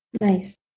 nice